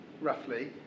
roughly